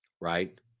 Right